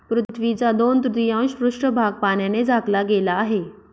पृथ्वीचा दोन तृतीयांश पृष्ठभाग पाण्याने झाकला गेला आहे